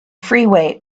freeway